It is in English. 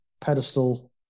pedestal